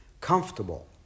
comfortable